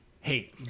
Hey